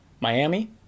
miami